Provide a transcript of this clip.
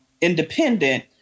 independent